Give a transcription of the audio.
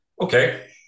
okay